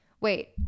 Wait